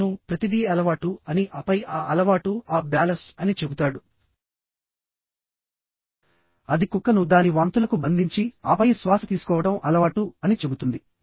అతను ప్రతిదీ అలవాటు అని ఆపై ఆ అలవాటు ఆ బ్యాలస్ట్ అని చెబుతాడు అది కుక్కను దాని వాంతులకు బంధించి ఆపై శ్వాస తీసుకోవడం అలవాటు అని చెబుతుంది